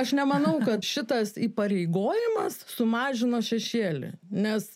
aš nemanau kad šitas įpareigojimas sumažino šešėlį nes